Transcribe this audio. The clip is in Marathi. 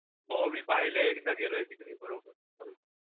हो मी पाहिलं आहे एकदा गेलो आहे तिकडे बरोबर बरोबर